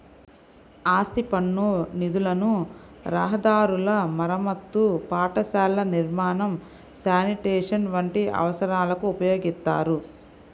ఆస్తి పన్ను నిధులను రహదారుల మరమ్మతు, పాఠశాలల నిర్మాణం, శానిటేషన్ వంటి అవసరాలకు ఉపయోగిత్తారు